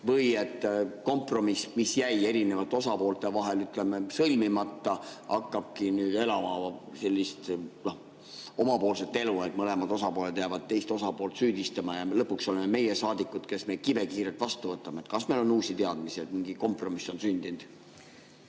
või kompromiss, mis jäi erinevate osapoolte vahel sõlmimata, hakkabki elama sellist omapoolset elu ja mõlemad osapooled jäävad teist osapoolt süüdistama ja lõpuks oleme need meie, saadikud, kes kibekiirelt seaduse vastu võtavad? Kas meil on uusi teadmisi, et mingi kompromiss on sündinud?